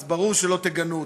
אז ברור שלא תגנו אותו.